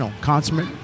Consummate